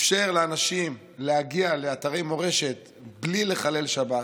אפשר לאנשים להגיע לאתרי מורשת בלי לחלל שבת,